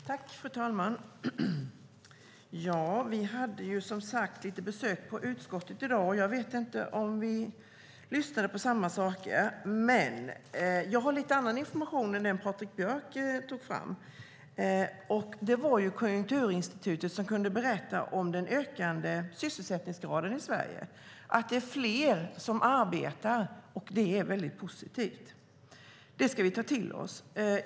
Fru talman! Vi hade som sagt besök i utskottet i dag. Jag vet inte om vi lyssnade på samma saker, men jag har lite annan information än den Patrik Björck tog fram. Konjunkturinstitutet berättade om den ökande sysselsättningsgraden i Sverige, att det är fler som arbetar. Det är positivt, och det ska vi ta till oss.